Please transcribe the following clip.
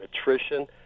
attrition